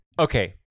Okay